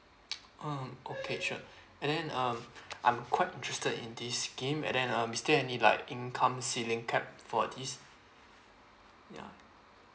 um okay sure and then um I'm quite interested in this scheme and then um is there any like income ceiling cap for this ya